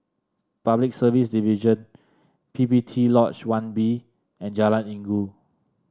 Public Service Division P P T Lodge One B and Jalan Inggu